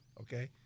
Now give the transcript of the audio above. Okay